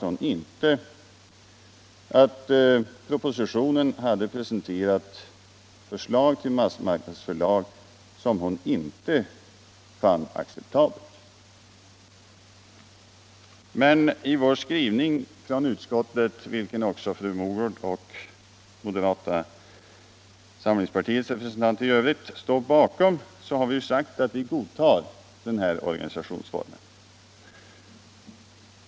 Hon framhöll att propositionen hade presenterat ett förslag till massmarknadsförlag som hon inte fann acceptabelt. Men i utskottets skrivning, som även fru Mogård och moderaternas representanter i övrigt står bakom, sägs att utskottet godtar denna organisationsform.